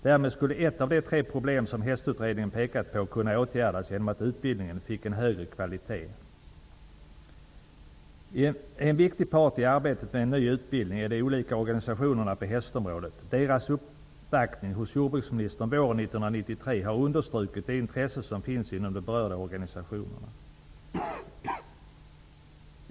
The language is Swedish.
Därmed skulle ett av de tre problem som Hästutredningen pekat på kunna åtgärdas, nämligen att utbildningen fick en högre kvalitet. En viktig part i arbetet med en ny utbildning är de olika organisationerna på hästområdet. Deras uppvaktning hos jordbruksministern våren 1993 har understrukit det intresse som finns inom de berörda organisationerna.